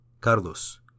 Carlos